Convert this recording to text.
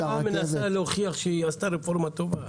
במשך שעה היא מנסה להוכיח שהיא עשתה רפורמה טובה.